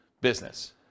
business